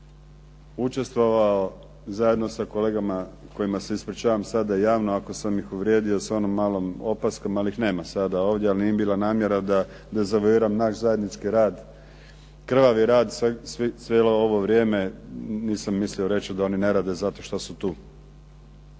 učestvovao zajedno sa kolegama kojima se ispričavam sada javno ako sam ih uvrijedio sa onom malom opaskom, ali ih nema sada ovdje. Ali nije mi bila namjera da dezavuiram naš zajednički rad, krvavi rad cijelo ovo vrijeme. Nisam mislio reći da oni ne rade zato što su tu.